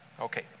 Okay